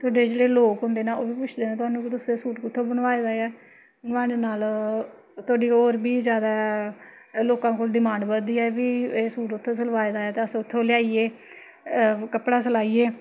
जेह्ड़े लोग होंदे न ओह् बी पुछदे न तोहानू कि तुसें एह् सूट कुत्थूं बनवाए दा ऐ नोहाड़े नाल थुआढ़ी होर बी जादै लोकें कोला डिमांड बधदी ऐ कि एह् सूट उत्थूं सलवाए दा ऐ ते अस उत्थूं लेआइयै कपड़ा सलाइयै